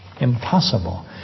Impossible